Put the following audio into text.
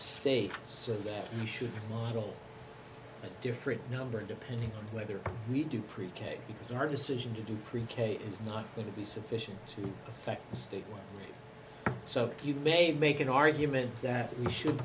so that we should have a different number depending on whether we do pre k because our decision to do pre k is not going to be sufficient to affect the state so you may make an argument that we should